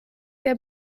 der